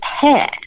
hair